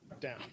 down